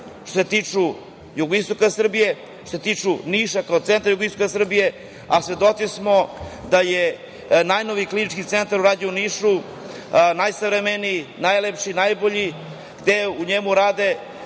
što se tiče jugoistoka Srbije, što se tiče Niša kao centra jugoistoka Srbije. Svedoci smo da je najnoviji Klinički centar urađen u Nišu, najsavremeniji, najlepši, najbolji, gde u njemu rade